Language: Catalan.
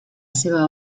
seva